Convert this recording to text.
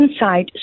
inside